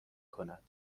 کند